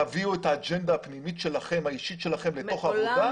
תביאו את האג'נדה הפנימית האישית שלכם לתוך העבודה?